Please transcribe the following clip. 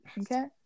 Okay